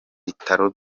bitaro